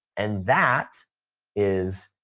and that is,